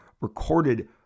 recorded